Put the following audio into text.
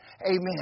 Amen